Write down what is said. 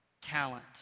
talent